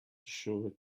sure